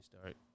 Start